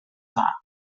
dda